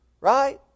Right